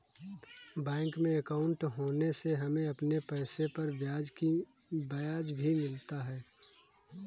bank में अंकाउट होने से हमें अपने पैसे पर ब्याज भी मिलता है